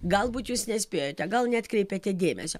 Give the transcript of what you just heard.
galbūt jūs nespėjote gal neatkreipėte dėmesio